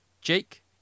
Jake